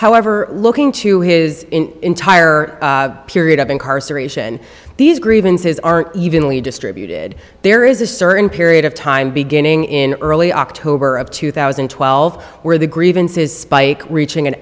however looking to his entire period of incarceration these grievances aren't even only distributed there is a certain period of time beginning in early october of two thousand and twelve where the grievances spike reaching an